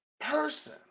person